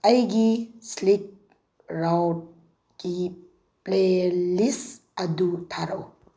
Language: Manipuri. ꯑꯩꯒꯤ ꯁꯤꯜꯛ ꯔꯥꯎꯠꯀꯤ ꯄ꯭ꯂꯦꯂꯤꯁ ꯑꯗꯨ ꯊꯥꯔꯛꯎ